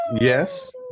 Yes